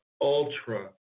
ultra